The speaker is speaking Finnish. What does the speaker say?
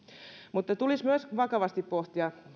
mutta tulisi vakavasti pohtia